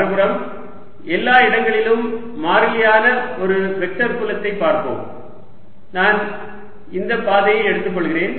மறுபுறம் எல்லா இடங்களிலும் மாறிலியான ஒரு வெக்டர் புலத்தைப் பார்ப்போம் நான் இந்த பாதையை எடுத்துக் கொள்கிறேன்